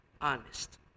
honest